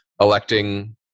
electing